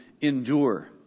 endure